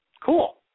Cool